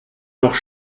noch